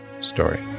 story